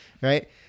Right